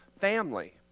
family